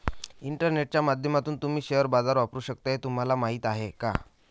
इंटरनेटच्या माध्यमातून तुम्ही शेअर बाजार वापरू शकता हे तुम्हाला माहीत आहे का?